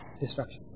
destruction